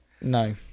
No